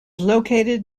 located